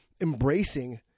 embracing